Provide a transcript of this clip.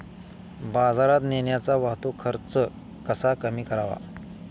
बाजारात नेण्याचा वाहतूक खर्च कसा कमी करावा?